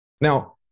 Now